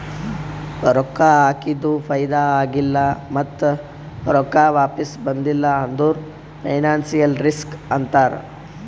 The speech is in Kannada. ರೊಕ್ಕಾ ಹಾಕಿದು ಫೈದಾ ಆಗಿಲ್ಲ ಮತ್ತ ರೊಕ್ಕಾ ವಾಪಿಸ್ ಬಂದಿಲ್ಲ ಅಂದುರ್ ಫೈನಾನ್ಸಿಯಲ್ ರಿಸ್ಕ್ ಅಂತಾರ್